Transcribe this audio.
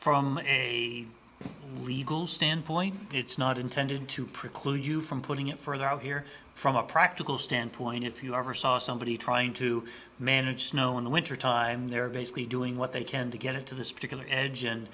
from a legal standpoint it's not intended to preclude you from putting it further out here from a practical standpoint if you ever saw somebody trying to manage snow in the winter time they're basically doing what they can to get it to this particular edge and